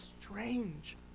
strange